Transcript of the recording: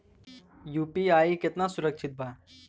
UPI कितना सुरक्षित बा?